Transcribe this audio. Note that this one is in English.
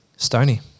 Stony